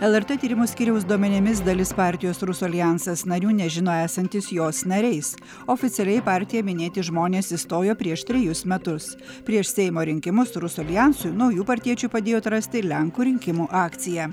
lrt tyrimų skyriaus duomenimis dalis partijos rusų aljansas narių nežino esantys jos nariais oficialiai į partiją minėti žmonės įstojo prieš trejus metus prieš seimo rinkimus rusų aljansui naujų partiečių padėjo atrasti ir lenkų rinkimų akcija